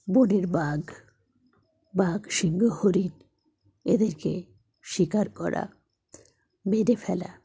বনের বাঘ বাঘ সিংহ হরিণ এদেরকে শিকার করা মেরে ফেলা